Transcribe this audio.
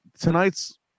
tonight's